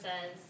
says